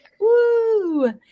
Woo